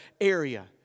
area